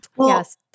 Yes